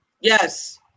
Yes